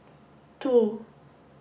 two